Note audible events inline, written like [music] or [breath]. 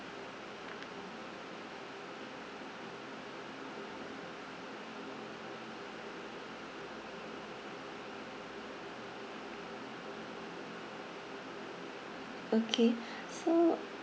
okay [breath] so